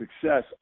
success